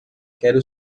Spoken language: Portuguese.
quero